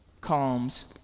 calms